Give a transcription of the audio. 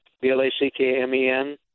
B-L-A-C-K-M-E-N